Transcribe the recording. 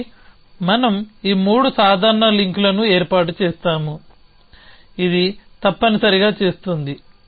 కాబట్టి మనం ఈ మూడు సాధారణ లింక్లను ఏర్పాటు చేస్తాము ఇది తప్పనిసరిగా చేస్తుంది